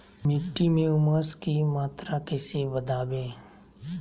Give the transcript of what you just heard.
मिट्टी में ऊमस की मात्रा कैसे बदाबे?